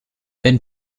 wenn